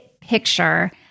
picture